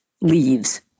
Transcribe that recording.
leaves